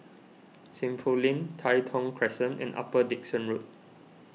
Seng Poh Lane Tai Thong Crescent and Upper Dickson Road